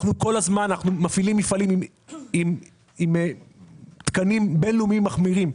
אנחנו מפעילים מפעלים עם תקנים בינלאומיים מחמירים,